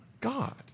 God